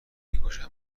میکشمت